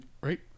right